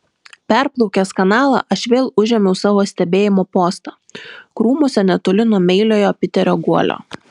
perplaukęs kanalą aš vėl užėmiau savo stebėjimo postą krūmuose netoli nuo meiliojo piterio guolio